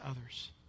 others